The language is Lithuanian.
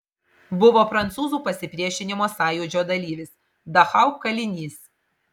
buvo prancūzų pasipriešinimo sąjūdžio dalyvis dachau kalinys